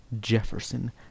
jefferson